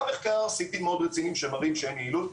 מחקרי RCT מאוד רציניים שמראים שאין יעילות,